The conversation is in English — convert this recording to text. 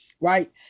Right